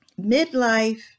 midlife